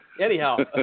Anyhow